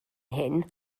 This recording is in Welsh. hyn